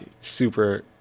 super